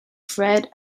fred